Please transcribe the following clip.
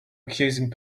accusing